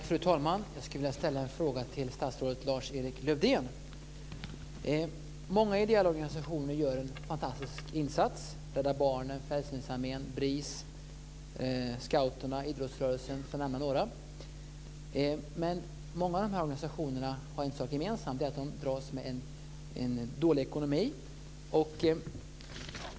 Fru talman! Jag skulle vilja ställa en fråga till statsrådet Lars-Erik Lövdén. Många ideella organisationer gör en fantastisk insats: Rädda Barnen, Frälsningsarmén, BRIS, scouterna, idrottsrörelsen, för att nämna några. Många av dessa organisationer har en sak gemensamt, och det är att de dras med dålig ekonomi.